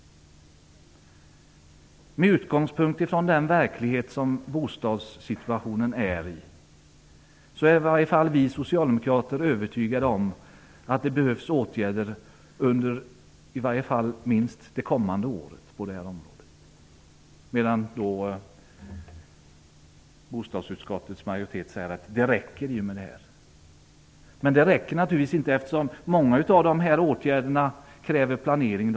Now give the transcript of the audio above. Med utgångspunkt från verkligheten och situationen på bostadsområdet är i varje fall vi socialdemokrater övertygade om att det behövs åtgärder på detta område under åtminstone det kommande året. Men bostadsutskottets majoritet säger att det räcker i och med detta. Det räcker naturligtvis inte. Många av dessa åtgärder kräver planering.